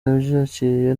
yabyakiriye